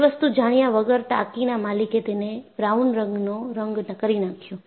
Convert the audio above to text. એ વસ્તુ જાણ્યા વગર ટાંકીના માલિકે તેને બ્રાઉન રંગનો રંગ કરી નાખ્યો